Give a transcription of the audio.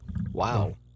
Wow